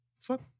Fuck